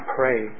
pray